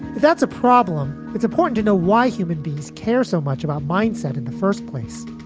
that's a problem. it's important to know why human beings care so much about mindset in the first place.